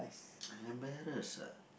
embarrass ah